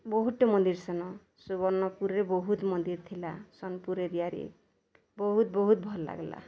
ବହୁତ୍ଟେ ମନ୍ଦିର୍ ସେନ ସୁବର୍ଣ୍ଣପୁର୍ରେ ବହୁତ ମନ୍ଦିର୍ ଥିଲା ସୋନପୁର୍ ଏରିଆରେ ବହୁତ୍ ବହୁତ୍ ଭଲ୍ ଲାଗିଲା